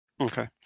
Okay